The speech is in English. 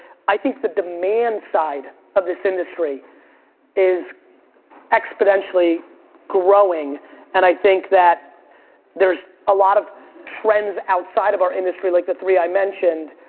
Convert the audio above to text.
i think the demand side of this industry is exponentially growing and i think that there's a lot of trends outside of our industry, like the three i mentioned,